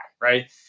right